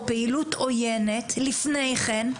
פעילות עויינת, לפני כן,